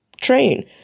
train